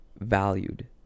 valued